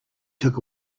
took